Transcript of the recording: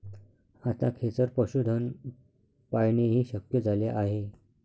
आता खेचर पशुधन पाळणेही शक्य झाले आहे